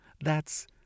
That's